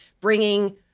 bringing